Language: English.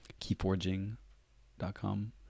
KeyForging.com